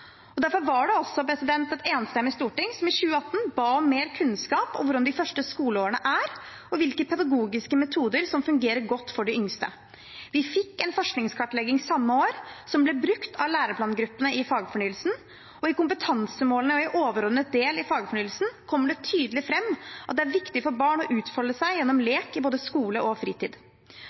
Derfor var det også et enstemmig storting som i 2018 ba om mer kunnskap om hvordan de første skoleårene er, og hvilke pedagogiske metoder som fungerer godt for de yngste. Vi fikk en forskningskartlegging samme år som ble brukt av læreplangruppene i Fagfornyelsen, og i kompetansemålene i overordnet del i Fagfornyelsen kommer det tydelig fram at det er viktig for barn å utfolde seg gjennom lek i både skole og fritid.